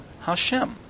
Hashem